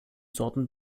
sorten